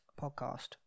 podcast